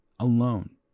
alone